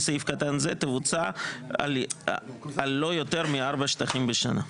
סעיף קטן זה תבוצע על לא יותר מארבעה שטחים בשנה".